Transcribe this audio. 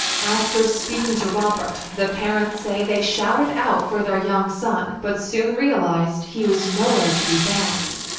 after speaking to robert, the parents say they shouted out for their young son but soon realized he was nowhere to be found.